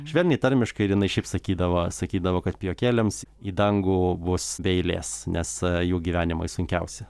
švelniai tarmiškai ir jinai šiaip sakydavo sakydavo kad pijokėliams į dangų bus be eilės nes jų gyvenimai sunkiausi